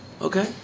Okay